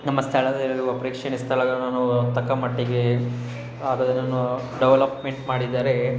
ನಮ್ಮ ಸ್ಥಳದಲ್ಲಿರುವ ಪ್ರೇಕ್ಷಣೀಯ ಸ್ಥಳಗಳನ್ನ ನಾವು ತಕ್ಕಮಟ್ಟಿಗೆ ಆದ ಅದನ್ನೂ ಡೆವಲಪ್ಮೆಂಟ್ ಮಾಡಿದರೆ